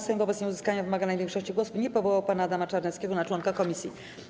Sejm wobec nieuzyskania wymaganej większości głosów nie powołał pana Adama Czarneckiego na członka komisji.